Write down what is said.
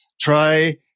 Try